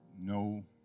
No